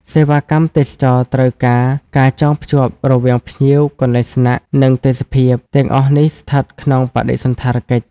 សេវាកម្មទេសចរណ៍ត្រូវការ ការចងភ្ជាប់រវាងភ្ញៀវ កន្លែងស្នាក់ និងទេសភាព ទាំងអស់នេះស្ថិតក្នុងបដិសណ្ឋារកិច្ច។